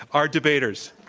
our debaters.